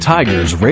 Tigers